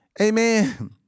Amen